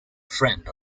friend